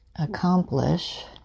accomplish